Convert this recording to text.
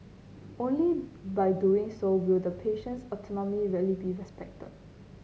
only by doing so will the patient's autonomy really be respected